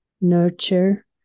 nurture